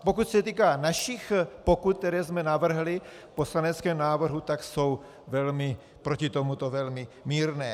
Pokud se týká našich pokut, které jsme navrhli v poslaneckém návrhu, tak jsou proti tomuto velmi mírné.